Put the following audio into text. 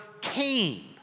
came